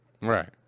Right